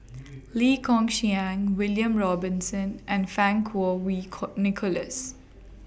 Lee Kong Chian William Robinson and Fang Kuo Wei Kuo Nicholas